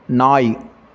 நாய்